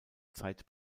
zeit